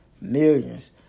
millions